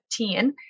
2015